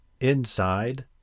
Inside